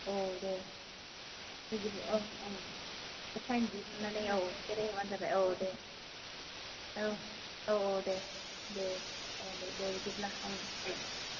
औ दे बिदिब औ थाइम दिहुनानै औ बेरायहोबानो जाबाय औ दे औ औ औ दे दे दोनदो दे बिदिब्ला